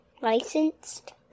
licensed